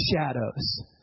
shadows